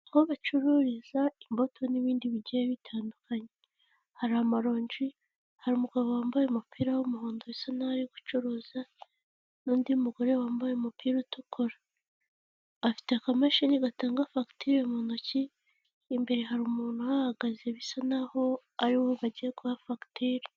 Aho bacururiza imbuto n'ibindi bigiye bitandukanye, hari amaronji, hari umugabo wambaye umupira w'umuhondo bisa nkaho ari gucuruza n'undi mugore wambaye umupira utukura, afite akamashini gatanga fagitire mu ntoki, imbere hari umuntu uhahagaze bisa nkaho ari we bagiye fagitire.